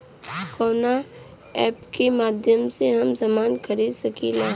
कवना ऐपके माध्यम से हम समान खरीद सकीला?